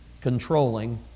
controlling